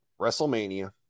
WrestleMania